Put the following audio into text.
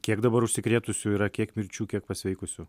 kiek dabar užsikrėtusių yra kiek mirčių kiek pasveikusių